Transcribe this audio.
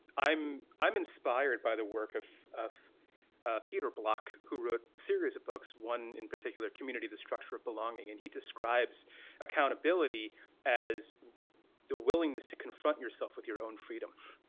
i'm i'm inspired by the work of of peter block who wrote a series of books one in particular community the structure of belonging. and he describes accountability as the willingness to confront yourself with your own freedom.